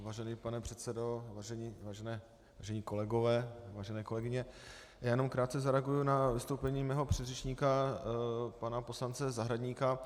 Vážený pane předsedo, vážení kolegové, vážené kolegyně, jenom krátce zareaguji na vystoupení svého předřečníka pana poslanec Zahradníka.